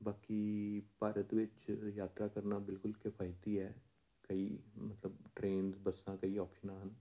ਬਾਕੀ ਭਾਰਤ ਵਿੱਚ ਯਾਤਰਾ ਕਰਨਾ ਬਿਲਕੁਲ ਕਿਫਾਇਤੀ ਹੈ ਕਈ ਮਤਲਬ ਟਰੇਨ ਬੱਸਾਂ ਕਈ ਓਪਸ਼ਨਾਂ ਹਨ